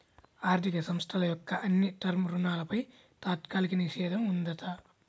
ఆర్ధిక సంస్థల యొక్క అన్ని టర్మ్ రుణాలపై తాత్కాలిక నిషేధం ఉందంట